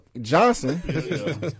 Johnson